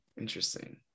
interesting